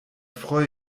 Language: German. freu